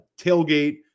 tailgate